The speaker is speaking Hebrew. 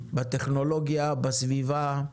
טכנולוגיה, סביבה,